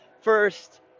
first